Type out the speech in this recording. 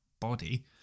body